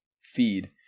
feed